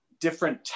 different